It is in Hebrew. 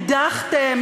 הדחתם,